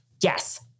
Yes